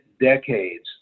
decades